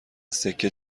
سکه